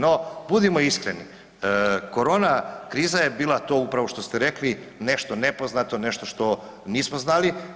No budimo iskreni, korona kriza je bila to upravo što ste rekli, nešto nepoznato, nešto što nismo znali.